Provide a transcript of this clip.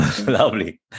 Lovely